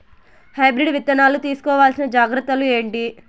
Hybrid విత్తనాలు తీసుకోవాల్సిన జాగ్రత్తలు ఏంటి?